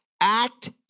act